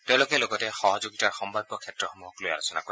তেওঁলোকে লগতে সহযোগিতাৰ সম্ভাব্য ক্ষেত্ৰসমূহক লৈ আলোচনা কৰে